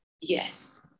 Yes